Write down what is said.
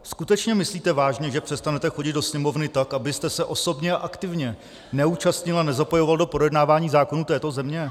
Skutečně myslíte vážně, že přestanete chodit do Sněmovny, tak abyste se osobně a aktivně neúčastnil a nezapojoval do projednávání zákonů této země?